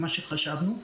ממה שחשבנו.